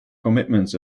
commitments